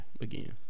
again